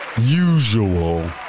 usual